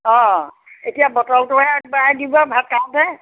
অঁ এতিয়া বটলটোহে আগবঢ়াই দিব ভাত খাওঁতে